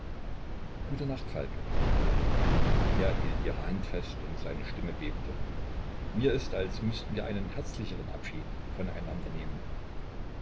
gute nacht falk er hielt ihre hand fest und seine stimme bebte mir ist als müßten wir einen herzlicheren abschied voneinander nehmen